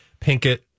Pinkett